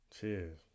Cheers